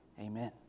Amen